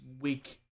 week